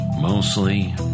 mostly